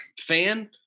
fan